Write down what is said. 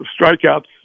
strikeouts